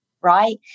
Right